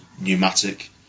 pneumatic